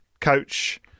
coach